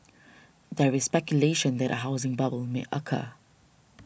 there is speculation that a housing bubble may occur